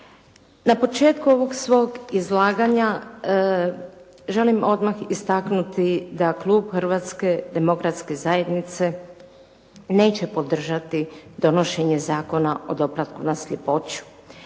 Na početku ovog svog izlaganja želim odmah istaknuti da klub Hrvatske demokratske zajednice neće podržati donošenje Zakona o doplatku na sljepoću.